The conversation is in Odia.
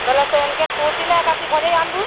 ବୋଲେ ସେନ୍ କେନ୍ ପୁହଞ୍ଚିଲେ ଭଞ୍ଜେଇ ଆନ୍ବୁ